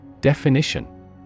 Definition